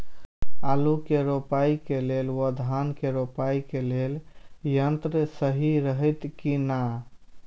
आलु के रोपाई के लेल व धान के रोपाई के लेल यन्त्र सहि रहैत कि ना?